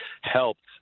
helped